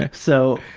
ah so,